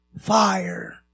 fire